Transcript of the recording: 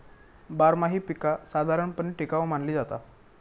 बारमाही पीका साधारणपणे टिकाऊ मानली जाता